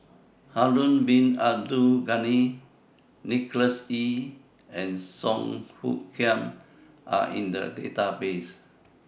Harun Bin Abdul Ghani Nicholas Ee and Song Hoot Kiam Are in The Database